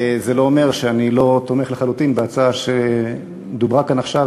זה לא אומר שאני לא תומך לחלוטין בהצעה שדובר עליה כאן עכשיו,